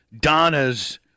Donna's